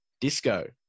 disco